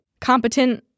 competent